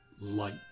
light